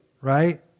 right